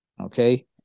okay